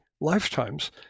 lifetimes